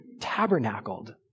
tabernacled